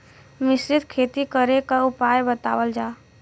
मिश्रित खेती करे क उपाय बतावल जा?